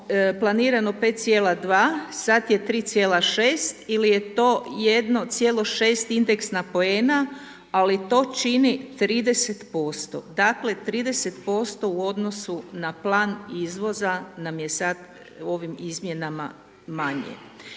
planirano 5,2, sad je 3,6 il je to 1,6 indeksna poena, ali to čini 30%. Dakle, 30% u odnosu na plan izvoza nam je sad ovim izmjenama manje.